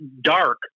dark